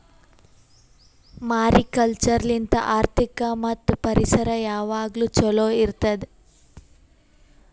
mariculture ಲಿಂತ್ ಆರ್ಥಿಕ ಮತ್ತ್ ಪರಿಸರ ಯಾವಾಗ್ಲೂ ಛಲೋ ಇಡತ್ತುದ್